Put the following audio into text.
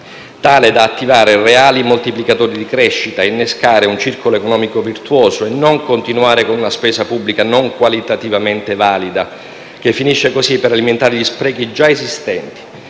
tale da attivare reali moltiplicatori di crescita e innescare un circolo economico virtuoso e non continuare con la spesa pubblica non qualitativamente valida, che finisce così per alimentare gli sprechi già esistenti.